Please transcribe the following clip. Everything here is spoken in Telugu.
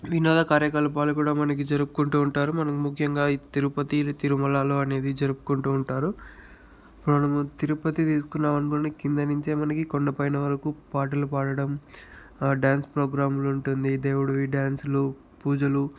వినోద కార్యకలాపాలు కూడా మనకి జరుపుకుంటూ ఉంటారు మనకు ముఖ్యంగా ఇది తిరుపతి తిరుమలలో అనేది జరుపుకుంటూ ఉంటారు మనము తిరుపతి తీసుకున్నామనుకోండి కింద నుంచే మనకి కొండపైన వరకు పాటలు పాడడం డ్యాన్స్ ప్రోగ్రాంలు ఉంటుంది దేవుడివి డ్యాన్స్లు పూజలు